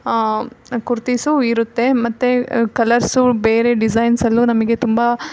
ಕುರ್ತಿಸೂ ಇರುತ್ತೆ ಮತ್ತು ಕಲರ್ಸು ಬೇರೆ ಡಿಸೈನ್ಸಲ್ಲೂ ನಮಗೆ ತುಂಬ